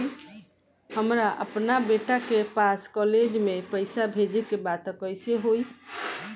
हमरा अपना बेटा के पास कॉलेज में पइसा बेजे के बा त कइसे होई?